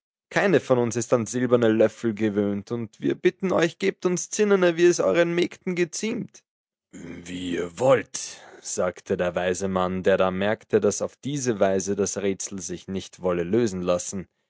keine von uns ist an silberne löffel gewöhnt und wir bitten euch gebt uns zinnene wie es euren mägden geziemt wie ihr wollt sagte der weise mann der da merkte daß auf diese weise das rätsel sich nicht wolle lösen lassen